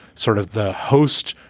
sort of the host,